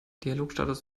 dialogstatus